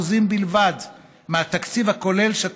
בלבד מהתקציב הכולל של הקונסרבטוריונים.